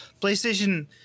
PlayStation